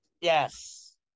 Yes